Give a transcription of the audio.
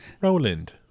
Roland